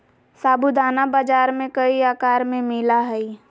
साबूदाना बाजार में कई आकार में मिला हइ